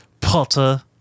Potter